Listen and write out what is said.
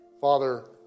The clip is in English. Father